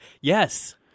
Yes